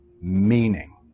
meaning